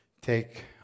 take